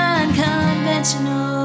unconventional